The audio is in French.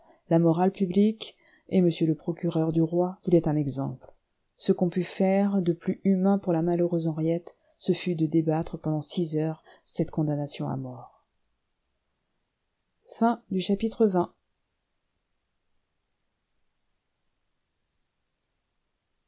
la morale publique et m le procureur du roi voulaient un exemple ce qu'on put faire de plus humain pour la malheureuse henriette ce fut de débattre pendant six heures cette condamnation à mort